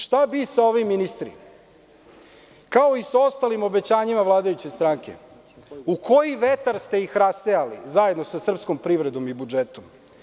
Šta bi sa ovim ministri, kao i sa ostalim obećanjima vladajuće stranke, u koji vetar ste ih rasejali zajedno sa srpskom privredom i budžetom?